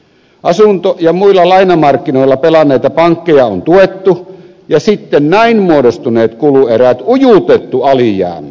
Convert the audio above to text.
asunto ja muilla lainamarkkinoilla pelanneita pankkeja on tuettu ja sitten näin muodostuneet kuluerät ujutettu alijäämiin